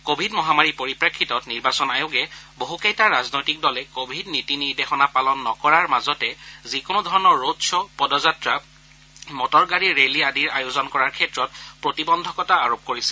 Covid মহামাৰীৰ পৰিপ্ৰেক্ষিতত নিৰ্বাচন আয়োগে বহুকেইটা ৰাজনৈতিক দলে কোৱিড নীতি নিৰ্দেশনা পালন নকৰাৰ মাজতে যিকোনো ধৰণৰ ৰোড শ্ব পদযাত্ৰা মটৰগাড়ীৰ ৰেলী আদিৰ আয়োজন কৰাৰ ক্ষেত্ৰত প্ৰতিবন্ধকতা আৰোপ কৰিছে